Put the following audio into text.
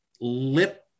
lip